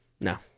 No